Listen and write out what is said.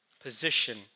Position